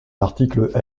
l’article